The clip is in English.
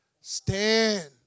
Stand